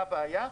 מה הבעיה?